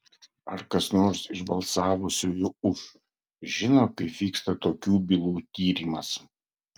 ar kas nors iš balsavusiųjų už žino kaip vyksta tokių bylų tyrimas